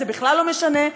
זה בכלל לא משנה,